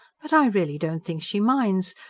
but i really don't think she minds.